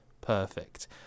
perfect